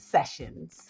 Sessions